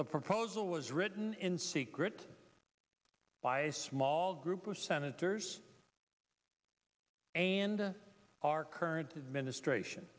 the proposal was written in secret by a small group of senators and our current administration